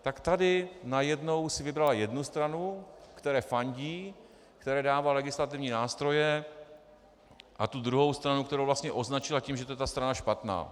Tak tady si najednou vybrala jednu stranu, které fandí, které dává legislativní nástroje, a tu druhou stranu, kterou vlastně označila tím, že to je strana špatná.